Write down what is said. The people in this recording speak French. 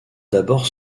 d’abord